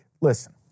listen